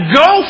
go